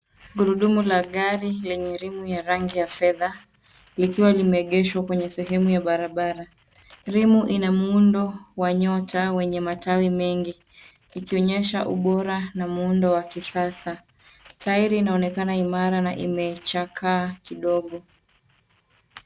Gurudumu la gari lenye rimu ya rangi ya fedha likiwa limeegeshwa kwenye sehemu ya barabara. Rimu ina muundo wa nyota wenye matawi mengi ikionyesha ubora na muundo wa kisasa. Tairi inaonekana imara na imechakaa kidogo .